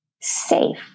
safe